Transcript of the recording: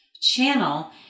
channel